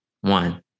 One